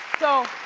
so,